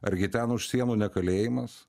argi ten už sienų ne kalėjimas